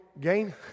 gain